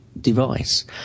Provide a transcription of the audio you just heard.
device